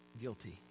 guilty